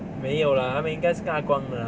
沒有 lah ah mi 应该是跟 ah guang 的啦